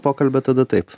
pokalbio tada taip